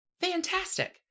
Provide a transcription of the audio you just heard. Fantastic